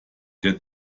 der